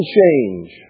change